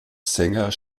sänger